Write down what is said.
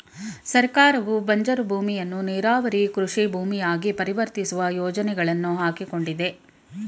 ಸರ್ಕಾರವು ಬಂಜರು ಭೂಮಿಯನ್ನು ನೀರಾವರಿ ಕೃಷಿ ಭೂಮಿಯಾಗಿ ಪರಿವರ್ತಿಸುವ ಯೋಜನೆಗಳನ್ನು ಹಾಕಿಕೊಂಡಿದೆ